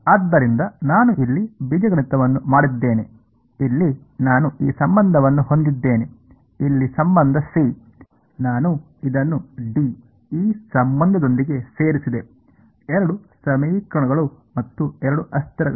ಆದ್ದರಿಂದ ನಾನು ಇಲ್ಲಿ ಬೀಜಗಣಿತವನ್ನು ಮಾಡಿದ್ದೇನೆ ಇಲ್ಲಿ ನಾನು ಈ ಸಂಬಂಧವನ್ನು ಹೊಂದಿದ್ದೇನೆ ಇಲ್ಲಿ ಸಂಬಂಧ c ನಾನು ಇದನ್ನು d ಈ ಸಂಬಂಧದೊಂದಿಗೆ ಸೇರಿಸಿದೆ ಎರಡು ಸಮೀಕರಣಗಳು ಮತ್ತು ಎರಡು ಅಸ್ಥಿರಗಳು